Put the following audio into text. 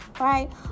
right